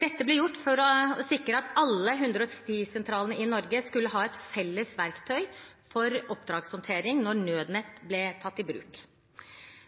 Dette ble gjort for å sikre at alle 110-sentralene i Norge skulle ha et felles verktøy for oppdragshåndtering når nødnett ble tatt i bruk.